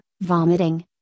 vomiting